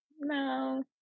no